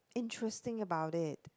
interesting about it